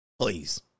Please